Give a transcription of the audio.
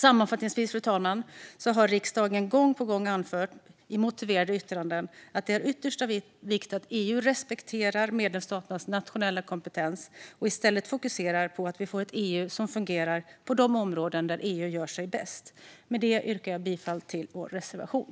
Sammanfattningsvis, fru talman, har riksdagen gång på gång anfört i motiverade yttranden att det är av yttersta vikt att EU respekterar medlemsstaternas nationella kompetens och i stället fokuserar på att vi får ett EU som fungerar på de områden där EU gör sig bäst. Jag yrkar bifall till vår reservation.